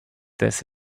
this